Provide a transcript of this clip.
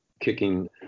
kicking